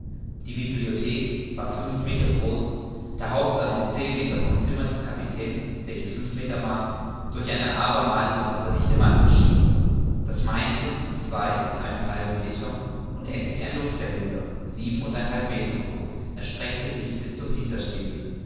die bibliothek war fünf meter groß der hauptsalon zehn meter vom zimmer des kapitäns welches fünf meter maß durch eine abermalige wasserdichte wand geschieden das meinige von zwei und einem halben meter und endlich ein luftbehälter sieben und ein halb meter groß erstreckte sich bis zum hintersteven